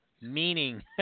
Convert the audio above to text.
meaning